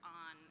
on